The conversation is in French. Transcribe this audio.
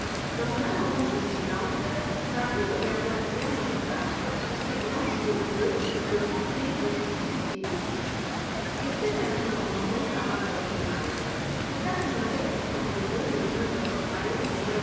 dans un moment de silence marie regarda bien en face de ses grands yeux bleus le conseiller de justice et dit je sais maintenant mon bon parrain drosselmeier que casse-noisette est ton neveu le jeune